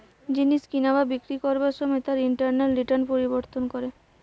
জিনিস কিনা বা বিক্রি করবার সময় তার ইন্টারনাল রিটার্ন পরিবর্তন করে